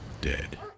dead